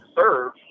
serve